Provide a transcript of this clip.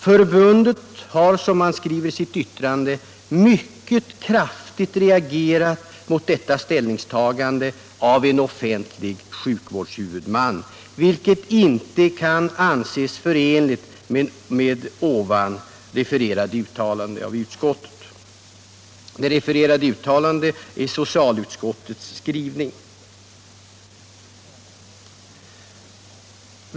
Förbundet har, som man skriver i sitt yttrande, ”mycket kraftigt reagerat mot detta ställningstagande av en offentlig sjukvårdshuvudman, vilket inte kan anses förenligt med ovan refererade uttalande av utskottet”. Det refererade uttalandet är socialutskottets skrivning.